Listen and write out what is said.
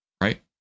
right